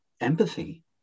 Empathy